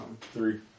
Three